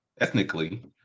ethnically